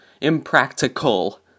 impractical